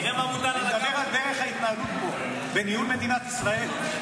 אני מדבר על דרך ההתנהלות פה בניהול מדינת ישראל,